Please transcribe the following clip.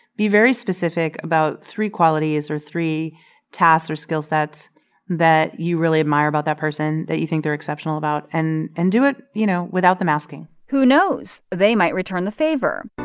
be very specific about three qualities or three tasks or skill sets that you really admire about that person, that you think they're exceptional about. and and do it, you know, without them asking who knows? they might return the favor